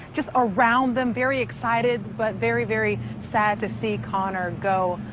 just around them, very excited, but very, very sad to see connor go.